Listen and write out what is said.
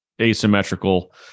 asymmetrical